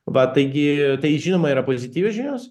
va taig tai žinoma yra pozityvios žinios